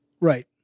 Right